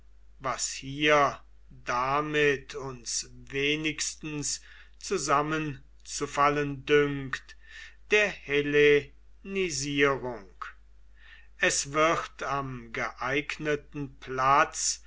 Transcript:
was hier damit uns wenigstens zusammenzufallen dünkt der hellenisierung es wird am geeigneten platz